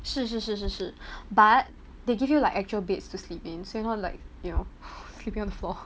是是是是是 but they give you like actual beds to sleep in so you don't like you know sleeping on the floor